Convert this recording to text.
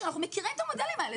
אנחנו מכירים את המודלים האלה,